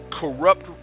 corrupt